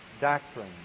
doctrine